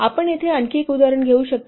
आपण येथे आणखी एक उदाहरण घेऊ शकता